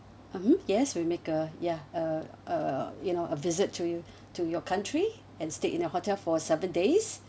um yes we make a ya uh uh you know a visit to you to your country and stayed in your hotel for seven days